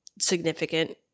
significant